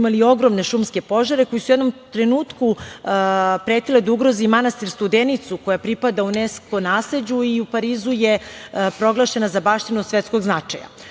imali ogromne šumske požare koji su u jednom trenutku pretili da ugroze i manastir Studenicu, koji pripada UNESKO nasleđu i u Parizu je proglašena za baštinu od svetskog značaja. Uticaj